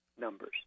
numbers